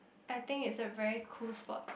I think is a very cool sports